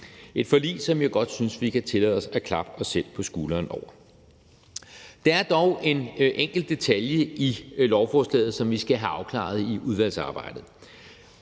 et forlig, som jeg godt synes vi kan tillade os at klappe os selv på skulderen over. Der er dog en enkelt detalje i lovforslaget, som vi skal have afklaret i udvalgsarbejdet.